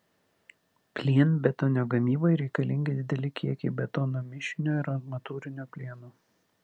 plienbetonio gamybai reikalingi dideli kiekiai betono mišinio ir armatūrinio plieno